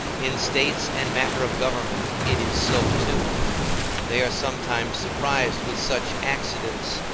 in states and matter of government it is so too they are sometimes surprised with such accidents,